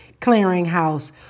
clearinghouse